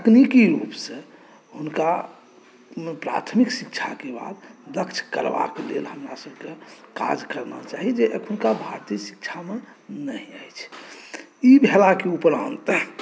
तकनीकी रूपसँ हुनका प्राथमिक शिक्षाके बाद दक्ष करबाक लेल हमरासभके काज करना चाही जे अखनुका भारतीय शिक्षामे नहि अछि ई भेलाक उपरान्त